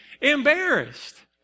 embarrassed